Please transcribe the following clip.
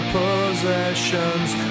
possessions